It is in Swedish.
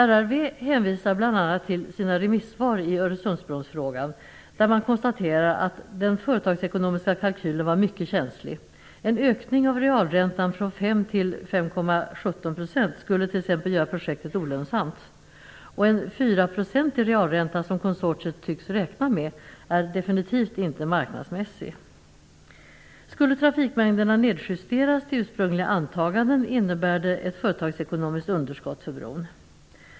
RRV hänvisar bl.a. till sina remissvar i Öresundsbrofrågan, där man konstaterar att den företagsekonomiska kalkylen var mycket känslig. En ökning av realräntan från 5 till 5,17 % skulle t.ex. göra projektet olönsamt. En 4-procentig realränta som konsortiet tycks räkna med är definitivt inte marknadsmässig. Skulle trafikmängderna nedjusteras till ursprungliga antaganden innebär det ett företagsekonomiskt underskott för bron.